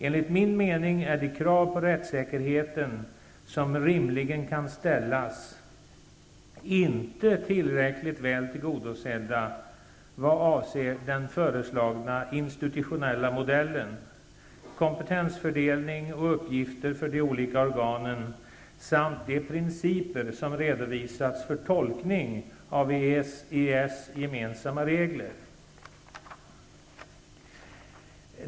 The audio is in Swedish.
Enligt min mening är de krav på rättssäkerheten som rimligen kan ställas inte tillräckligt väl tillgodosedda vad avser den föreslagna institutionella modellen, kompetensfördelning och uppgifter för de olika organen samt de principer som redovisats för tolkning av inom EES gemensamma regler.